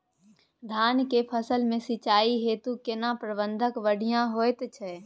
धान के फसल में सिंचाई हेतु केना प्रबंध बढ़िया होयत छै?